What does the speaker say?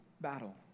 battle